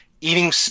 eating